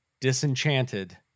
Disenchanted